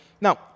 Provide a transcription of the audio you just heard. Now